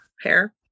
hair